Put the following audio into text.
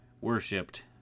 worshipped